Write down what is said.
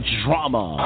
drama